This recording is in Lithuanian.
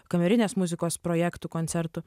kamerinės muzikos projektų koncertų